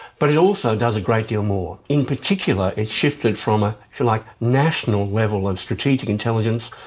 but it also does a great deal more. in particular it's shifted from a, if you like, national level of strategic intelligence,